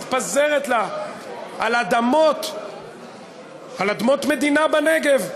מתפזרת לה על אדמות מדינה בנגב.